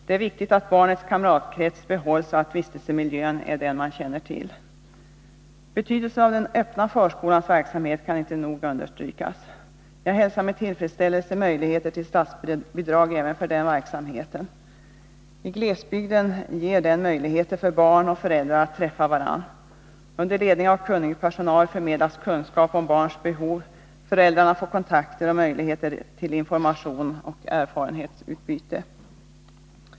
Det är viktigt att barnets kamratkrets behålls och att vistelsemiljön är den barnet känner till. Betydelsen av den öppna förskolans verksamhet kan inte nog understrykas. Jag hälsar med tillfredsställelse möjligheter till statsbidrag även för den verksamheten. I glesbygden ger den möjlighet för barn och föräldrar att träffa varandra. Under ledning av kunnig personal förmedlas kunskap om barns behov, och föräldrarna får kontakter och möjligheter till information och erfarenhetsutbyte.